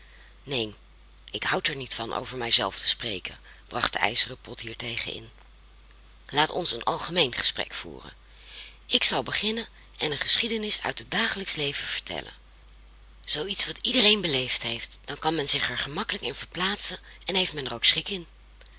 neen ik houd er niets van over mij zelf te spreken bracht de ijzeren pot hiertegen in laat ons een algemeen gesprek voeren ik zal beginnen en een geschiedenis uit het dagelijksch leven vertellen zoo iets wat iedereen beleefd heeft dan kan men er zich gemakkelijk in verplaatsen en heeft men er ook schik in